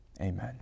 Amen